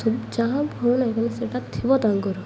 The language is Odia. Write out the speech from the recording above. ସବୁ ଯାହା ଭଲ ନାହିଁ କିନ୍ତୁ ସେଟା ଥିବ ତାଙ୍କର